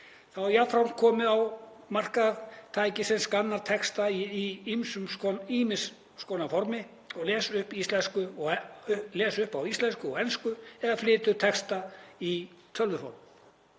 er jafnframt komið á markað tæki sem skannar texta í ýmiss konar formi og les upp á íslensku og ensku eða flytur texta á tölvuform.